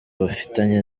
bafitanye